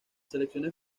selecciones